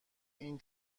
این